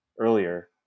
earlier